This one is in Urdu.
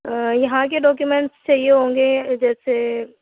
آ یہاں کے ڈاکیومنٹس چاہیے ہوں گے جیسے